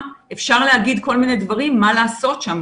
אפשר להגיד כל מיני דברים מה לעשות שם,